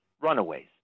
runaways